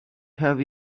have